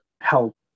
help